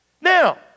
Now